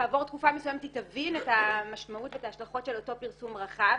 כעבור תקופה מסוימת היא תבין את המשמעות ואת ההשלכות של אותו פרסום רחב.